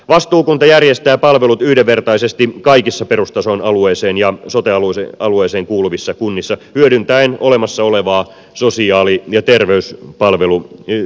vastuukunta järjestää palvelut yhdenvertaisesti kaikissa perustason alueeseen ja sote alu eeseen kuuluvissa kunnissa hyödyntäen olemassa olevaa sosiaali ja terveyspalveluverkostoa